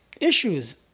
issues